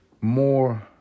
more